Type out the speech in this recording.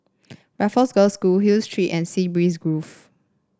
Raffles Girls' School Hill Street and Sea Breeze Grove